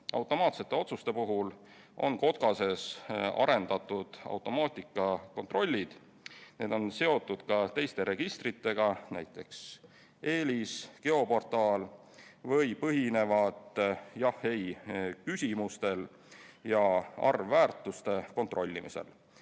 Automaatsete otsuste puhul on KOTKAS-es arendatud automaatkontrollid. Need on seotud ka teiste registritega, näiteks EELIS, geoportaal, või põhinevad jah/ei‑küsimustel ja arvväärtuste kontrollimisel.